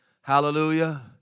Hallelujah